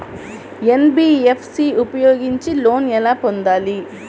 NBFC ఉపయోగించి loan ఎలా పొందాలి?